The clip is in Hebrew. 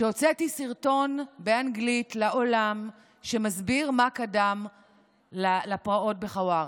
שהוצאתי סרטון באנגלית לעולם שמסביר מה קדם לפרעות בחווארה,